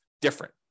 different